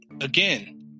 again